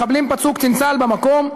מחבלים פצעו קצין צה"ל במקום,